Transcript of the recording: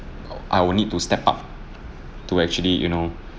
I w~ I would need to step up to actually you know